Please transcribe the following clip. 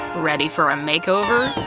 ready for a makeover?